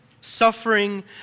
Suffering